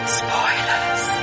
spoilers